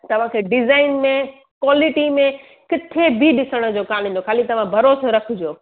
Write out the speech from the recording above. तव्हांखे डिज़ाइन में कॉलिटी में किथे बि ॾिसण जो कान ईंदो ख़ाली तव्हां भरोसो रखिजो